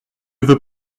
veux